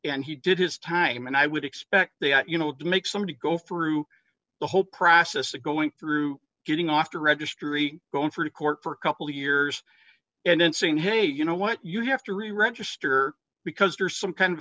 and he did his time and i would expect they out you know to make somebody go through the whole process of going through getting off the registry going for to court for a couple years and then saying hey you know what you have to reregister because there's some kind of